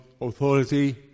authority